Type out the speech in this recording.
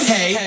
Hey